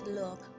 love